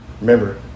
Remember